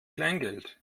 kleingeld